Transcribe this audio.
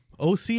OC